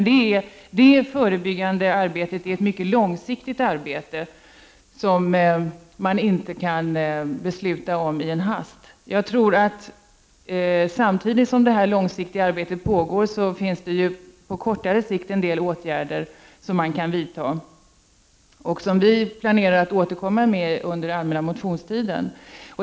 Det förebyggande arbetet är mycket långsiktigt, och man kan inte besluta om det i en hast. Samtidigt som detta långsiktiga arbete pågår är det en del åtgärder som kan vidtas på kortare sikt och som vi planerar att återkomma med förslag om under den allmänna motionstiden.